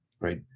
right